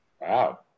Wow